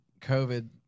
COVID